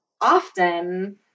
often